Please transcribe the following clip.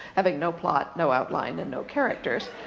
having no plot, no outline, and no characters.